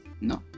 no